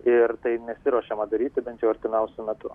ir tai nesiruošiama daryti bent jau artimiausiu metu